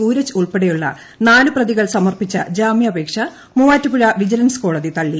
സൂരജ് ഉൾപ്പെടെയുള്ള നാലു പ്രതികൾ സമർപ്പിച്ച ജാമ്യാപേക്ഷ മൂവാറ്റുപുഴ വിജിലൻസ് കോടതി തള്ളി